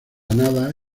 nada